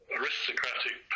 aristocratic